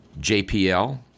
JPL